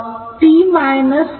467t 0